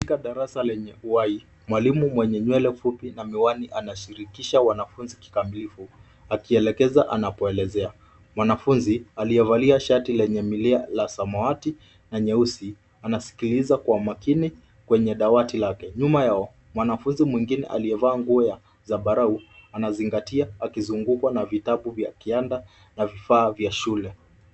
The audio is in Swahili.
Katika darasa lenye uhai mwalimu mwenye nywele fupi na miwani na anashirikisha wanafunzi kikamilifu akielekeza anapoelezea. Mwanafunzi aliyevalia shati lenye milia la samawati na nyeusi anasikiliza kwa makini kwenye dawati lake. Nyuma yao mwanafunzi mwingine aliyevalia nguo ya zambarau anazingatia akizungukwa na vitabu vya kiada na vifaa vya shule.